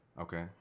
Okay